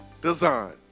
Design